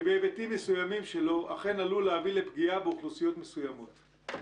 שבהיבטים מסוימים שלו אכן עלול להביא לפגיעה באוכלוסיות מסוימות.